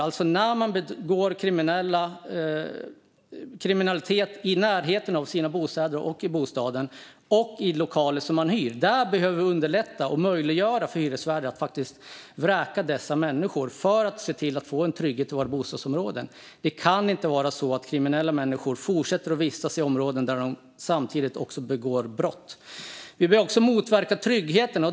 När det handlar om brott som begås i närheten av bostaden, i bostaden eller i lokaler som man hyr behöver vi underlätta och möjliggöra för hyresvärdar att vräka dessa människor för att se till att få trygghet i våra bostadsområden. Det kan inte vara så att kriminella människor fortsätter att vistas i områden där de begår brott. Vi behöver också motverka otryggheten.